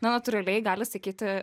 na natūraliai gali sakyti